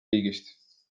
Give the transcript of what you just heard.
riigist